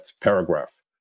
paragraph